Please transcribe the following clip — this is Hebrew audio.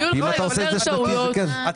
אתה